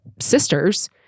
sisters